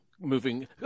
Moving